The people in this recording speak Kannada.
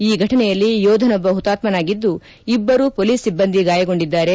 ಈ ಘಟನೆಯಲ್ಲಿ ಯೋಧನೊಬ್ಬ ಹುತಾತ್ಮನಾಗಿದ್ದು ಇಬ್ಬರು ಪೊಲೀಸ್ ಸಿಬ್ಬಂದಿ ಗಾಯಗೊಂಡಿದ್ದಾರೆ